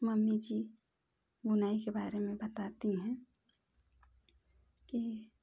mummy ji बुनाई के बारे में बताती है की